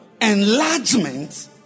enlargement